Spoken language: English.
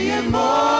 more